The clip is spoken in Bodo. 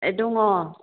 ए दङ